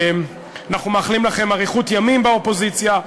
אנחנו מאחלים לכם אריכות ימים באופוזיציה,